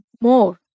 more